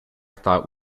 thought